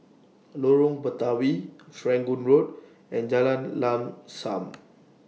Lorong Batawi Serangoon Road and Jalan Lam SAM